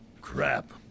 Crap